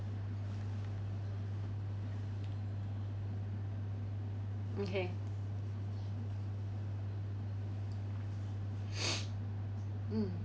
okay mm